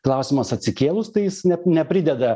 klausimas atsikėlus tai jis ne neprideda